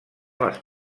les